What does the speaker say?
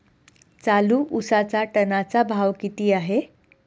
चालू उसाचा टनाचा भाव किती आहे?